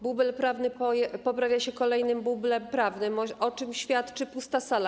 Bubel prawny poprawia się kolejnym bublem prawnym, o czym świadczy pusta sala.